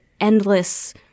endless